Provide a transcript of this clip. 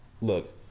look